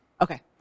Okay